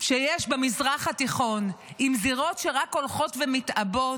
שיש במזרח התיכון, עם זירות שרק הולכות ומתעבות,